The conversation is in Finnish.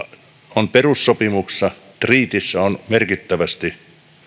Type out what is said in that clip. on perussopimuksessa treatyssä on merkittävästi